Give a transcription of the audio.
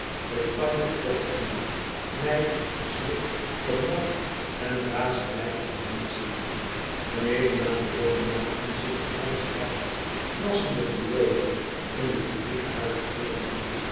brittanje's dochteren nijd slik gemor en razernij omringd zien beneden aan de dokken laten zich den ganschen dag krassende violen in de publieke huizen hoor